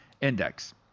index